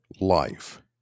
life